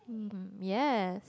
hmm yes